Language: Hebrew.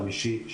חמישי,